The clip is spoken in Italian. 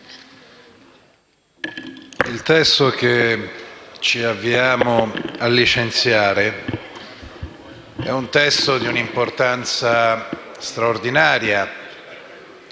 il testo che ci avviamo a licenziare ha un'importanza straordinaria